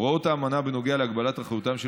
הוראות האמנה בנוגע להגבלת אחריותם של